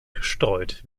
gestreut